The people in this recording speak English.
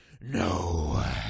no